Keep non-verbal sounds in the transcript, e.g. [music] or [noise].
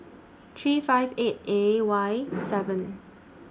three five eight A Y [noise] seven